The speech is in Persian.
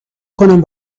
کنم